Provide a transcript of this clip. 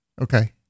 Okay